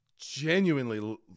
genuinely